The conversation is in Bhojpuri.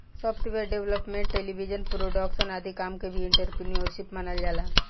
सॉफ्टवेयर डेवलपमेंट टेलीविजन प्रोडक्शन आदि काम के भी एंटरप्रेन्योरशिप मानल जाला